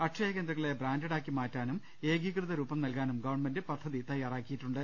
അക്ഷയകേന്ദ്രങ്ങളെ branded ആക്കി മാറ്റാനും ഏകീകൃത രൂപം നൽകാനും ഗവൺമെന്റ് പദ്ധതി തയ്യാ റാക്കിയിട്ടുണ്ട്